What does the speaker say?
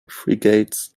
frigates